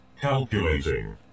Calculating